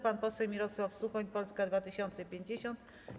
Pan poseł Mirosław Suchoń, Polska 2050.